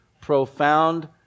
profound